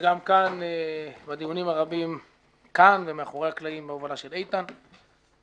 וגם כאן בדיונים הרבים ומאחורי הכבלים בהובלת איתן.